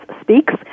Speaks